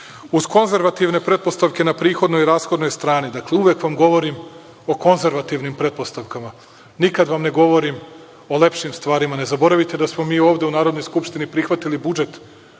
konzervativne pretpostavke na prihodnoj i rashodnoj strani, dakle, uvek vam govorim o konzervativnim pretpostavkama. Nikada vam ne govorim o lepšim stvarima. Ne zaboravite da smo mi ovde u Narodnoj skupštini prihvatili budžet